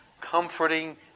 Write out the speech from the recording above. comforting